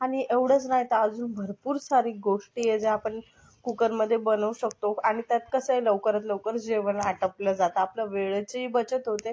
आणि एवढंच नाही तर अजून भरपूर सारी गोष्टी आहे आहे ज्या आपण कुकरमध्ये बनवू शकतो आणि त्यात कसं आहे लवकरात लवकर जेवण आटोपलं जातं आपलं वेळेचीही बचत होते